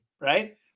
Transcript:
right